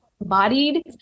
embodied